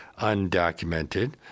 undocumented